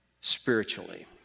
spiritually